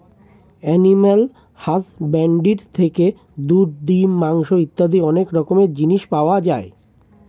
animal husbandry থেকে দুধ, ডিম, মাংস ইত্যাদি অনেক রকমের জিনিস পাওয়া যায়